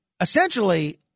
essentially